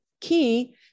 key